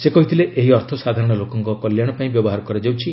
ସେ କହିଥିଲେ ଏହି ଅର୍ଥ ସାଧାରଣ ଲୋକଙ୍କ କଲ୍ୟାଣ ପାଇଁ ବ୍ୟବହାର କରାଯାଉଛି